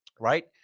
right